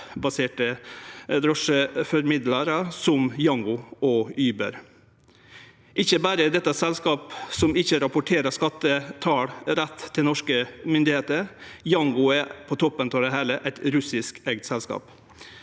appbaserte drosjeformidlarar som Yango og Uber. Ikkje berre er dette selskap som ikkje rapporterer skattetal rett til norske myndigheiter, Yango er på toppen av det heile eit russiskeigd selskap.